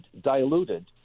diluted